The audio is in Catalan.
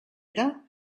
era